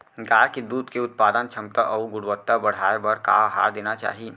गाय के दूध के उत्पादन क्षमता अऊ गुणवत्ता बढ़ाये बर का आहार देना चाही?